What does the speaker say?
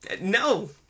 No